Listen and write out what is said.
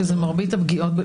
שזה מרבית הפגיעות,